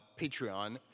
Patreon